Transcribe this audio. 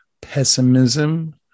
pessimism